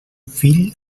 fill